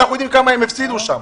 אנחנו יודעים כמה הם הפסידו שם.